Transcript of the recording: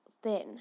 thin